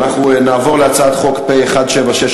אנחנו נעבור להצעת חוק פ/1765,